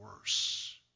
worse